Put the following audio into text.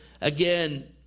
again